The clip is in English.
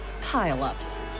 pile-ups